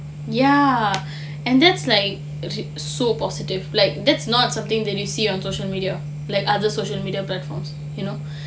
ya and that's like so positive like that's not something that you see on social media like other social media platforms you know